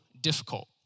difficult